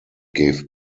gave